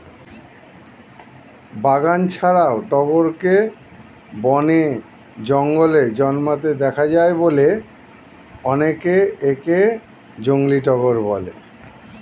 বাগান ছাড়াও টগরকে বনে, জঙ্গলে জন্মাতে দেখা যায় বলে অনেকে একে জংলী টগর বলে